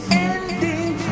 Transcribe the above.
ending